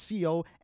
CO